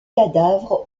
cadavres